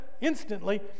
instantly